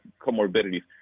comorbidities